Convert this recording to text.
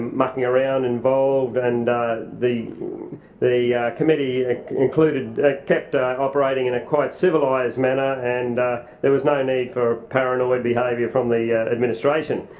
mucking around involved and the the committee included it kept operating in a quite civilised manner and there was no need for paranoid behaviour from the administration.